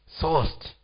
sourced